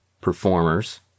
performers